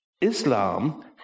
Islam